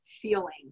feeling